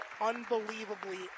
unbelievably